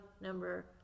number